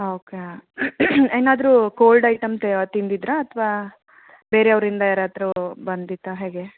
okay ಏನಾದರೂ cold item ತಿಂದಿದ್ದಿರಾ ಅಥ್ವಾ ಬೇರೆಯವ್ರಿಂದ ಯಾರಾದರೂ ಬಂದಿತ್ತಾ ಹೇಗೆ